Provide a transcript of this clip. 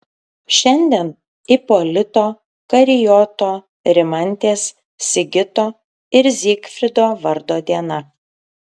šiandien ipolito karijoto rimantės sigito ir zygfrido vardo diena